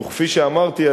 וכפי שאמרתי,